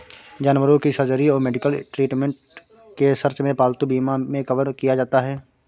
जानवरों की सर्जरी और मेडिकल ट्रीटमेंट के सर्च में पालतू बीमा मे कवर किया जाता है